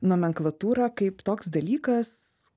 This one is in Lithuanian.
nomenklatūra kaip toks dalykas